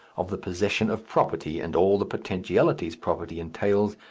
of the possession of property and all the potentialities property entails,